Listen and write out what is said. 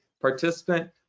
Participant